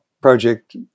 project